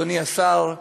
אדוני השר,